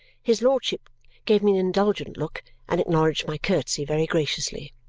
his lordship gave me an indulgent look and acknowledged my curtsy very graciously.